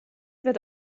wird